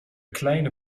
kleine